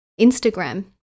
Instagram